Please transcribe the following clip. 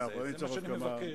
זה מה שאני מבקש.